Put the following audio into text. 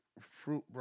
fruit